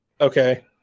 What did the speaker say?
Okay